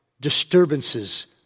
disturbances